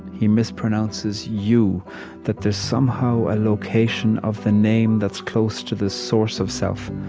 he mispronounces you that there's somehow a location of the name that's close to the source of self.